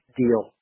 deal